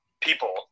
people